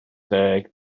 deg